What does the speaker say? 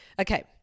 Okay